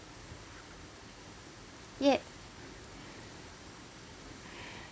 ya